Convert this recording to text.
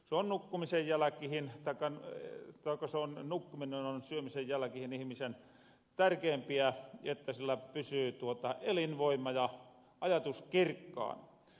tuon loppumiseen ja läpivien kanojen ja kosonen nukkuminen on syömisen jälkehen ihmisen tärkeimpiä että hänellä pysyy elinvoima ja ajatus kirkkaana